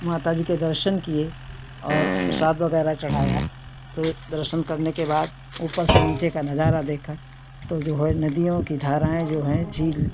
माता जी के दर्शन किए और प्रसाद वगैरह चढ़ाया तो दर्शन करने के बाद ऊपर से नीचे का नजारा देखा तो जो है नदियों की धाराएँ जो हैं झील